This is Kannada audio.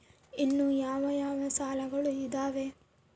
ಇನ್ನು ಯಾವ ಯಾವ ಸಾಲಗಳು ಇದಾವೆ?